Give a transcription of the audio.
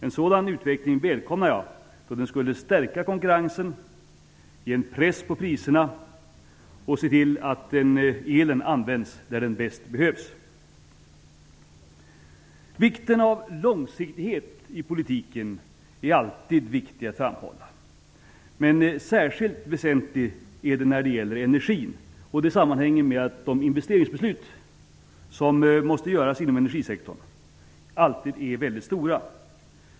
En sådan utveckling välkomnar jag, då den skulle stärka konkurrensen, ge en press på priserna och se till att elen används där den bäst behövs. Vikten av långsiktighet i politiken är det alltid angeläget att framhålla, men särskilt väsentlig är den när det gäller energin, och det sammanhänger med att de investeringsbeslut som måste fattas inom energisektorn alltid är väldigt stora.